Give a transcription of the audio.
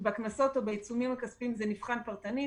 בקנסות או בעיצומים הכספיים, זה נבחן פרטנית.